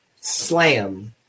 slam